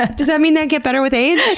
ah does that mean they get better with age?